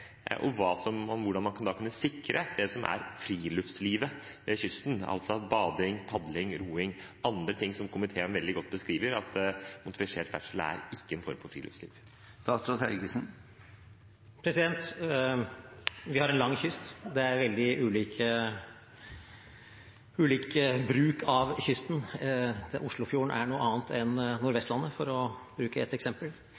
og hvordan man da kan sikre friluftslivet ved kysten, altså bading, padling, roing og andre ting som komiteen veldig godt beskriver – at motorisert ferdsel ikke er en form for friluftsliv. Vi har en lang kyst. Det er veldig ulik bruk av kysten. Oslofjorden er noe annet enn